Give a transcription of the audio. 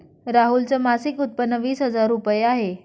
राहुल च मासिक उत्पन्न वीस हजार रुपये आहे